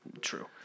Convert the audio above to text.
true